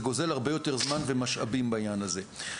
גוזל הרבה יותר זמן ומשאבים בעניין הזה.